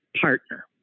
partner